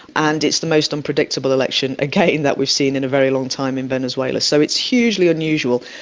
and it's the most unpredictable election again that we've seen in a very long time in venezuela. so it's hugely unusual.